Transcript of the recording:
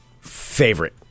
Favorite